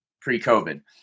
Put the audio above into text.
pre-COVID